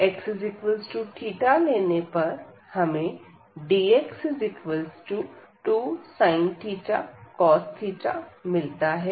x लेने पर हमें dx2 sin cos मिलता है